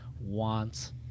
wants